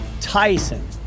Tyson